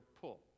pull